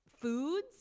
foods